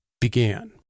began